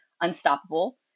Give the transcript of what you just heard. unstoppable